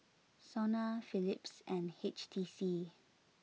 Sona Philips and H T C